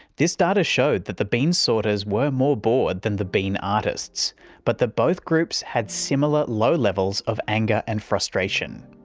this data showed the bean sorters were more bored than the bean artists but that both groups had similar low levels of anger and frustration.